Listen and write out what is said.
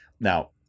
Now